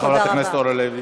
תודה רבה, חברת הכנסת אורלי לוי.